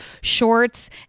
shorts